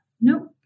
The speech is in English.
nope